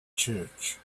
church